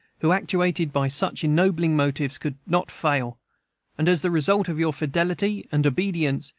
who, actuated by such ennobling motives, could not fail and as the result of your fidelity and obedience,